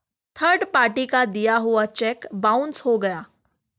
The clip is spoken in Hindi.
थर्ड पार्टी का दिया हुआ चेक बाउंस हो गया